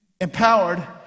Empowered